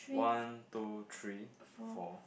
one two three fou